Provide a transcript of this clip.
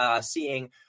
seeing